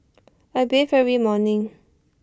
I bathe every morning